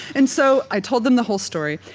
and so i told them the whole story,